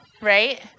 Right